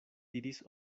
diris